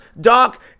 Doc